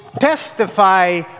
testify